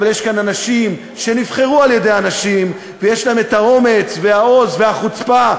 אבל יש כאן אנשים שנבחרו על-ידי אנשים ויש להם האומץ והעוז והחוצפה,